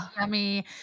yummy